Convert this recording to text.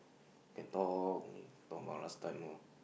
can talk talk about last time lah